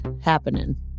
happening